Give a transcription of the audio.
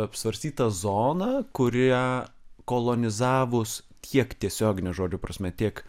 apsvarstytą zoną kurią kolonizavus tiek tiesiogine žodžio prasme tiek